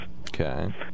Okay